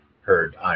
heard